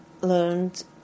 learned